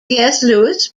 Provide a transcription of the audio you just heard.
lewis